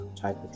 type